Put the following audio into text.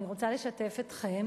אני רוצה לשתף אתכם,